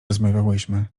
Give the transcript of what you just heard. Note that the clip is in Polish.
rozmawiałyśmy